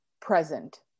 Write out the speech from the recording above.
present